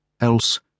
else